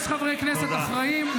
-- יש חברי כנסת אחראיים.